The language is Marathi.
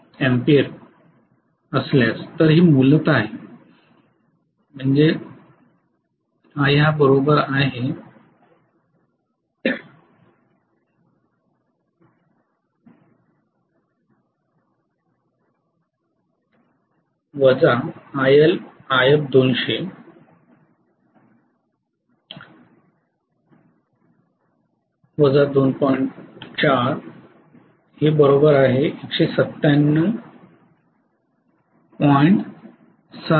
तर हे मूलत आहे Ia − IL I f 200 2